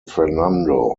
fernando